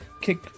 kick